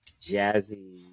jazzy